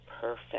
perfect